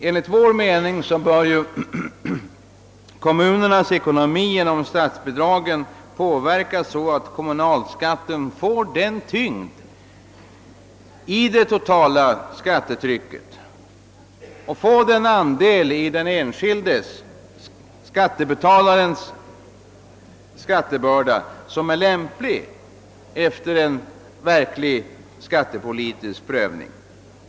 Enligt vår mening bör kommunernas ekonomi genom statsbidragen påverkas så att kommunalskatten får den tyngd i det totala skattetrycket och får den andel i den enskilda skattebetalarens skattebörda som är lämplig efter en verklig skattepolitisk prövning.